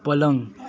पलङ